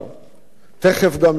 תיכף גם יוגש הקינוח.